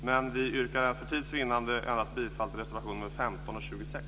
Men vi yrkar för tids vinnande bifall endast till reservationerna 15 och 26.